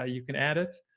ah you can add it.